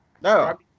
No